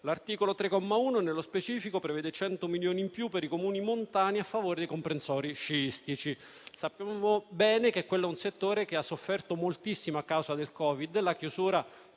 L'articolo 3, comma 1, nello specifico, prevede 100 milioni in più per i Comuni montani a favore dei comprensori sciistici. Sappiamo bene che quel settore ha sofferto moltissimo a causa del Covid.